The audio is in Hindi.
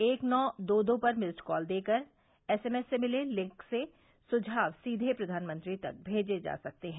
एक नौ दो दो पर मिस्ड कॉल देकर एसएमएस से मिले लिंक से सुझाव सीधे प्रधानमंत्री तक भेजे जा सकते हैं